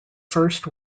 first